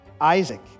Isaac